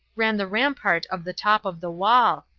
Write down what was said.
ran the rampart of the top of the wall,